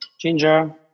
ginger